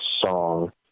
song